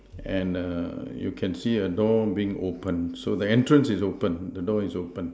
and err you can see a door being opened so the entrance is open the door is open